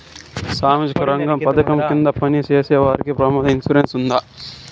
సామాజిక రంగ పథకం కింద పని చేసేవారికి ప్రమాద ఇన్సూరెన్సు ఉందా?